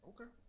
Okay